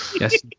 Yes